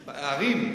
ערים,